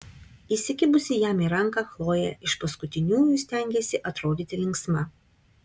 įsikibusi jam į ranką chlojė iš paskutiniųjų stengėsi atrodyti linksma